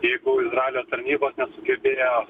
jeigu izraelio tarnybos nesugebėjo